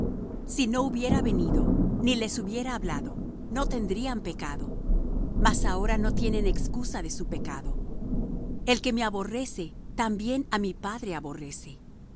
si no hubiera venido ni les hubiera hablado no tendrían pecado mas ahora no tienen excusa de su pecado el que me aborrece también á mi padre aborrece